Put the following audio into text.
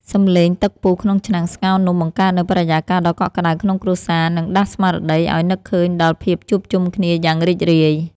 សម្លេងទឹកពុះក្នុងឆ្នាំងស្ងោរនំបង្កើតនូវបរិយាកាសដ៏កក់ក្តៅក្នុងគ្រួសារ និង ដាស់ស្មារតីឱ្យនឹកឃើញដល់ភាពជួបជុំគ្នាយ៉ាងរីករាយ។